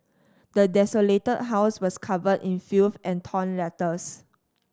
the desolated house was covered in filth and torn letters